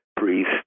priest